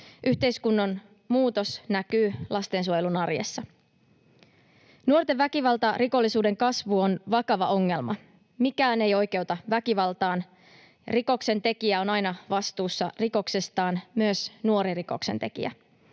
Yhteiskunnan muutos näkyy lastensuojelun arjessa. Nuorten väkivaltarikollisuuden kasvu on vakava ongelma. Mikään ei oikeuta väkivaltaan. Rikoksentekijä on aina vastuussa rikoksestaan, myös nuori rikoksentekijä.